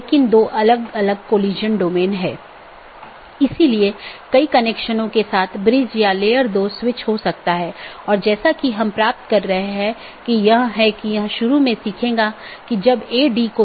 इसका मतलब है कि BGP का एक लक्ष्य पारगमन ट्रैफिक की मात्रा को कम करना है जिसका अर्थ है कि यह न तो AS उत्पन्न कर रहा है और न ही AS में समाप्त हो रहा है लेकिन यह इस AS के क्षेत्र से गुजर रहा है